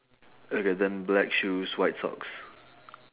okay then black shoes white socks